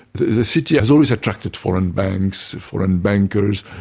the city has always attracted foreign banks, foreign bankers,